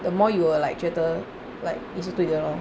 the more you will like 觉得 like 你是对的 lor